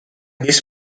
this